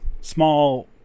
small